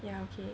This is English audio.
ya okay